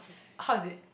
how is it